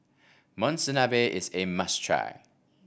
Monsunabe is a must try